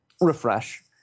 refresh